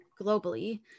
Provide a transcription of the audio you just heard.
globally